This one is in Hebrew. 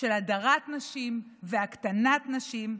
של הדרת נשים והקטנת נשים,